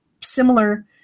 similar